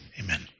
amen